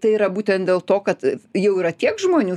tai yra būtent dėl to kad jau yra tiek žmonių